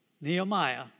Nehemiah